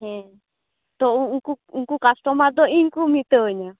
ᱦᱮᱸ ᱛᱚ ᱩᱱᱠᱩ ᱩᱱᱠᱩ ᱠᱟᱥᱴᱚᱢᱟᱨ ᱫᱚ ᱤᱧᱠᱚ ᱢᱮᱛᱟᱣᱟᱹᱧᱟᱹ